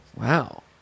Wow